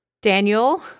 Daniel